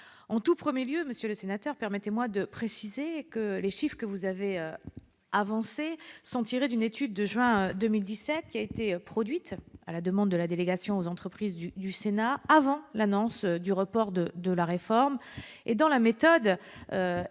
En tout premier lieu, permettez-moi de préciser que les chiffres que vous avancez sont tirés d'une étude de juin 2017 qui a été produite, à la demande de la délégation sénatoriale aux entreprises, avant l'annonce du report de la réforme, et dont la méthode